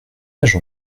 âge